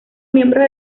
miembros